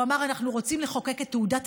הוא אמר: אנחנו רוצים לחוקק את תעודת